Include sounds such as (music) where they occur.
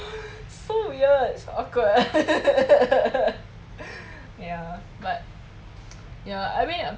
so weird so awkward (laughs) ya but ya I mean